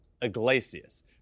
Iglesias